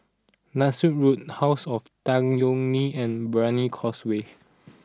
Nassim Road House of Tan Yeok Nee and Brani Causeway